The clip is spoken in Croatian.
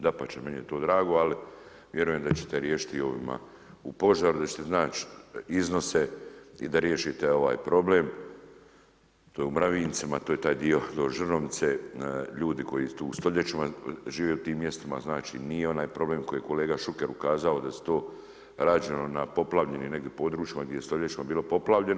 Dapače meni je to drago, ali vjerujem da ćete riješiti i ovima u požaru, da ćete iznaći iznose i da riješite ovaj problem, to je u … to je taj dio do Žrnovice, ljudi koji tu stoljećima žive u tim mjestima, znači nije onaj problem koji je kolega Šuker to kazao, da su to, rađeno na poplavljenim, negdje područjima, gdje je stoljećima bilo poplavljeno.